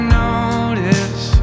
notice